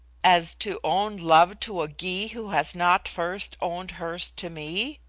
as to own love to a gy who has not first owned hers to me?